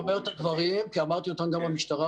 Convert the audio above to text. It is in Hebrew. אני אומר את הדברים כי אמרתי אותם גם במשטרה.